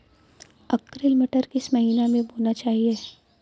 Arkel मटर किस महीना में बोना चाहिए?